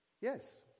Yes